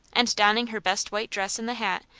and, donning her best white dress and the hat,